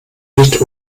nicht